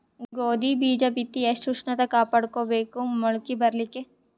ಗೋಧಿ ಬೀಜ ಬಿತ್ತಿ ಎಷ್ಟ ಉಷ್ಣತ ಕಾಪಾಡ ಬೇಕು ಮೊಲಕಿ ಬರಲಿಕ್ಕೆ?